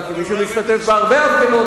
אתה כמי שמשתתף בהרבה הפגנות,